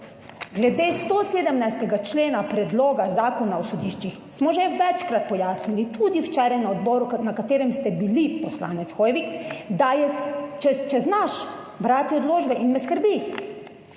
Glede 117. člena predloga zakona o sodiščih smo že večkrat pojasnili tudi včeraj na odboru, na katerem ste bili poslanec Hoivik, da je, če znaš brati odločbe in me skrbi